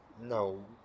No